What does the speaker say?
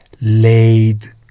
laid